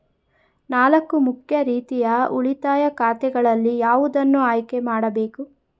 ನಾಲ್ಕು ಮುಖ್ಯ ರೀತಿಯ ಉಳಿತಾಯ ಖಾತೆಗಳಲ್ಲಿ ಯಾವುದನ್ನು ಆಯ್ಕೆ ಮಾಡಬೇಕು?